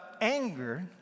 anger